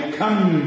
come